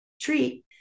treat